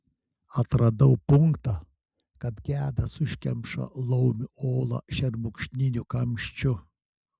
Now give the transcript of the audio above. atradau punktą kad gedas užkemša laumių olą šermukšniniu kamščiu